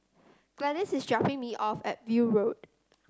Gladyce is dropping me off at View Road